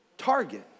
target